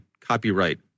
copyright